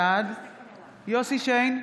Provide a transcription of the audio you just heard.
בעד יוסף שיין,